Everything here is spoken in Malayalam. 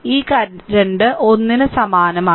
ഈ കറന്റ് I ന് സമാനമാണ്